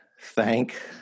Thank